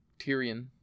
Tyrion